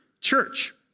church